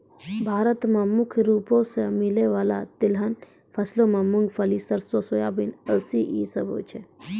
भारत मे मुख्य रूपो से मिलै बाला तिलहन फसलो मे मूंगफली, सरसो, सोयाबीन, अलसी इ सभ छै